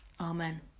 Amen